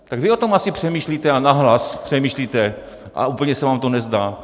Tak vy asi o tom přemýšlíte, nahlas přemýšlíte a úplně se vám to nezdá.